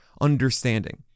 understanding